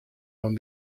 dan